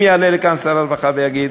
אם יעלה לכאן שר הרווחה ויגיד: